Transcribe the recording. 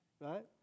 right